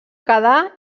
quedar